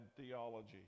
theology